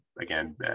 again